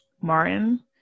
Martin